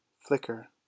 flicker